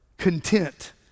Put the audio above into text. content